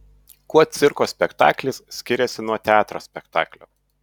kuo cirko spektaklis skiriasi nuo teatro spektaklio